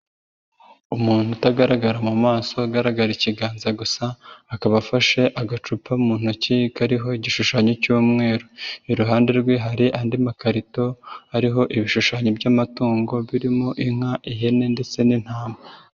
Umuntu utagaragara mu maso agaragara ikiganza gusa, akaba afashe agacupa mu ntoki kariho igishushanyo cy'umweru. Iruhande rwe hari andi makarito ariho ibishushanyo by'amatungo birimo inka, ihene ndetse n'intama.